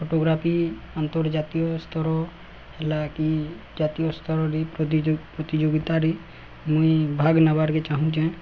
photography ଅନ୍ତର୍ଜାତୀୟ ସ୍ତର ହେଲା କି ଜାତୀୟ ସ୍ତରରେ ପ୍ରତିଯୋଗିତାରେ ମୁଇଁ ଭାଗ ନେବାରକେ ଚାହୁଁଛେ